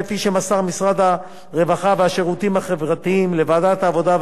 כפי שמסר משרד הרווחה והשירותים החברתיים לוועדת העבודה,